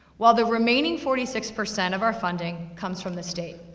while the remaining forty six percent of our funding comes from the state.